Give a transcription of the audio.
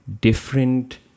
different